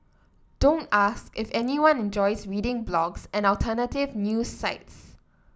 don't ask if anyone enjoys reading blogs and alternative news sites